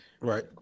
Right